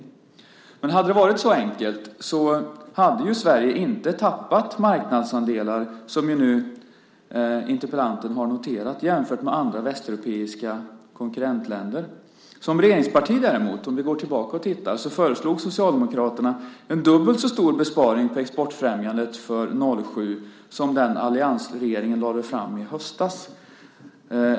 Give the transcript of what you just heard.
Om det hade varit så enkelt hade Sverige inte tappat marknadsandelar, som interpellanten har noterat, jämfört med andra västeuropeiska konkurrentländer. Under sin tid som regeringsparti föreslog Socialdemokraterna en dubbelt så stor besparing på exportfrämjandet för 2007 som den alliansregeringen lade fram i höstas.